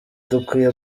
dukwiye